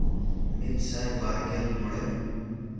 ᱢᱤᱫᱥᱟᱭ ᱵᱟᱨᱜᱮᱞ ᱢᱚᱬᱮ